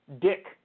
Dick